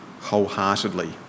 wholeheartedly